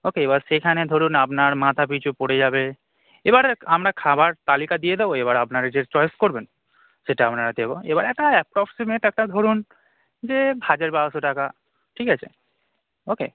ও কে এবার সেইখানে ধরুন আপনার মাথা পিছু পড়ে যাবে এবার আমরা খাবার তালিকা দিয়ে দেবো এবার আপনারা যে চয়েস করবেন সেটা আমরা দেবো এবার একটা অ্যাপ্রক্সিমেট একটা ধরুন যে হাজার বারোশো টাকা ঠিক আছে ও কে